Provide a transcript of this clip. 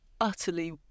utterly